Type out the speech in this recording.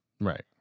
Right